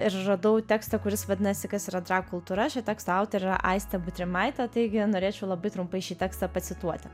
ir radau tekstą kuris vadinasi kas yra drag kultūra šio teksto autorė yra aistė butrimaitė taigi norėčiau labai trumpai šį tekstą pacituoti